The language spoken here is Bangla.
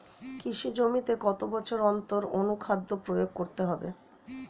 কৃষি জমিতে কত বছর অন্তর অনুখাদ্য প্রয়োগ করতে হবে?